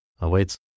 awaits